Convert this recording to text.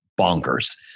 bonkers